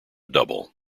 double